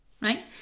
right